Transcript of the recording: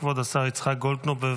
כבוד השר, אני מודה